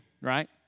right